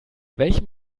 welchem